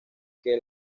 que